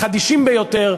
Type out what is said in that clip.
החדישים ביותר,